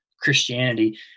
Christianity